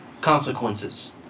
consequences